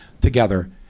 together